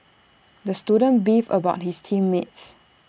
the student beefed about his team mates